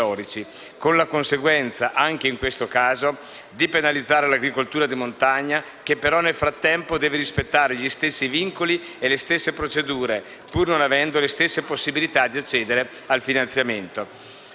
con la conseguenza, anche in questo caso, di penalizzare l'agricoltura di montagna, che però nel frattempo deve rispettare gli stessi vincoli e le stesse procedure, pur non avendo le stesse possibilità di accedere al finanziamento.